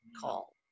call